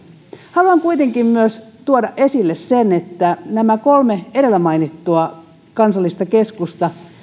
haluan kuitenkin tuoda esille myös sen että nämä kolme edellä mainittua kansallista keskusta